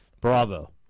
Bravo